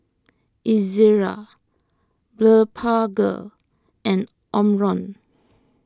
Ezerra Blephagel and Omron